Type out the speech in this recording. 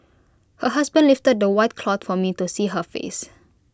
her husband lifted the white cloth for me to see her face